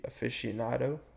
aficionado